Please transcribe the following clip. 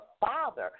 Father